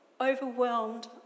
Overwhelmed